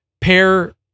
pair